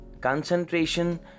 Concentration